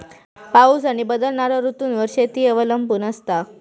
पाऊस आणि बदलणारो ऋतूंवर शेती अवलंबून असता